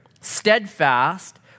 steadfast